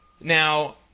Now